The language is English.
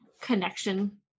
connection